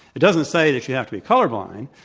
it doesn't say that you have to be colorblind,